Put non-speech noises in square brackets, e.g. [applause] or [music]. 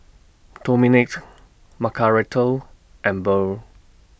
Domenic [unintelligible] Margaretha and Burr